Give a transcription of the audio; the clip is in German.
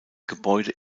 gebäude